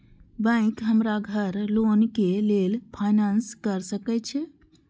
Bank हमरा घर loan के लेल फाईनांस कर सके छे?